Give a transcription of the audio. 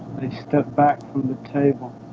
they step back from the table